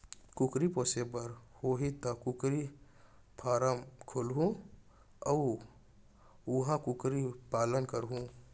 कुकरी पोसे बर होही त कुकरी फारम खोलहूं अउ उहॉं कुकरी पालन करहूँ